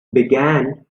began